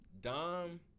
Dom